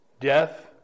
death